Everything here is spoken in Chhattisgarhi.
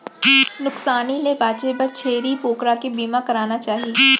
नुकसानी ले बांचे बर छेरी बोकरा के बीमा कराना चाही